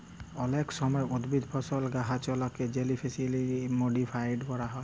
অলেক সময় উদ্ভিদ, ফসল, গাহাচলাকে জেলেটিক্যালি মডিফাইড ক্যরা হয়